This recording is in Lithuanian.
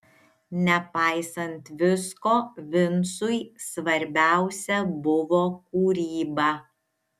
nepaisant visko vincui svarbiausia buvo kūryba